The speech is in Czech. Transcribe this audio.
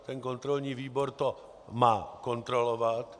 Ten kontrolní výbor to má kontrolovat.